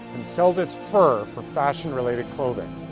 and sells it's fur for fash ion related clothing.